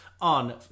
on